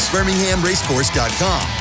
BirminghamRaceCourse.com